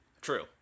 True